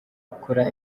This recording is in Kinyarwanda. ukora